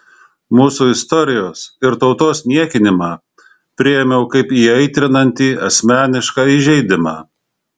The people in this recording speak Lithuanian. mūsų istorijos ir tautos niekinimą priėmiau kaip įaitrinantį asmenišką įžeidimą